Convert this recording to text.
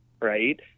right